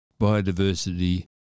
biodiversity